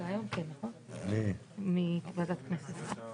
ונודיע על ההצבעה על הרוויזיות ועל החוק בכלל כאשר